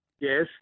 Yes